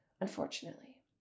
unfortunately